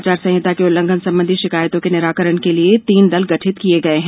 आचार संहिता के उल्लंघन संबंधी शिकायतों के निराकरण के लिए तीन दल गठित किये गये हैं